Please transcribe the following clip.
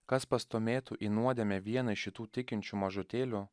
kas pastūmėtų į nuodėmę vieną iš šitų tikinčių mažutėlių